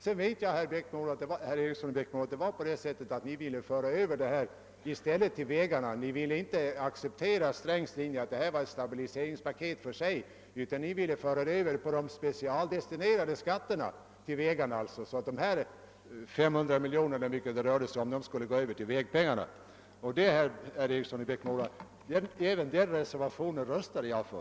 Jag vet emellertid, herr Eriksson i Bäckmora, att ni inte ville acceptera herr Strängs linje, att det rörde sig om ett stabiliseringspaket för sig, utan önskade specialdestinera dessa 500 miljoner till vägarna. Den reservationen röstade jag för.